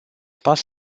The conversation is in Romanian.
pas